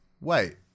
wait